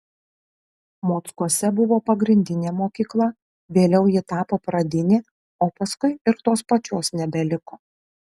mockuose buvo pagrindinė mokykla vėliau ji tapo pradinė o paskui ir tos pačios nebeliko